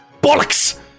bollocks